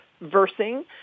versing